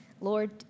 Lord